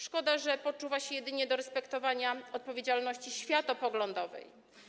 Szkoda, że poczuwa się jedynie do respektowania odpowiedzialności światopoglądowej.